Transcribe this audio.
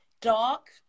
dark